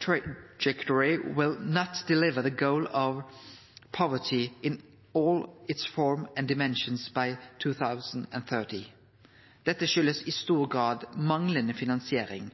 trajectory will not deliver the goal of poverty in all its forms and dimensions by 2030. Dette kjem i stor grad av manglande finansiering,